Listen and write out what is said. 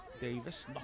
davis